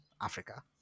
Africa